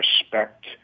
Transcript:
respect